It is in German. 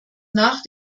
nach